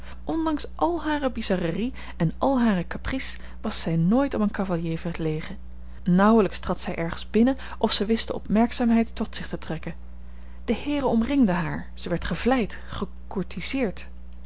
ondanks al hare bizarrerie en al hare caprices was zij nooit om een cavalier verlegen nauwelijks trad zij ergens binnen of zij wist de opmerkzaamheid tot zich te trekken de heeren omringden haar zij werd gevleid